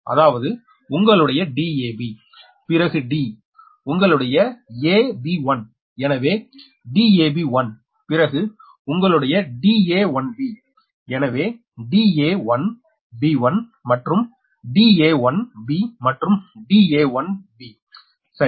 அதாவது உங்களுடைய Dab பிறகு d உங்களுடைய a b1 எனவே dab1 பிறகு உங்களுடைய da1b எனவே da1b1 மற்றும் da1b மற்றும் da1b சரி